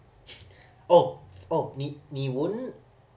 oh oh 你你闻